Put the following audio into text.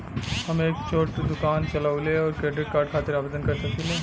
हम एक छोटा दुकान चलवइले और क्रेडिट कार्ड खातिर आवेदन कर सकिले?